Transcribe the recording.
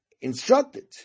instructed